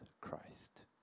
Christ